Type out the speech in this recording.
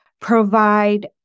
provide